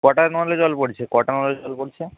কটা নলে জল পড়ছে কটা নলে জল পড়ছে